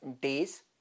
days